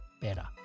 better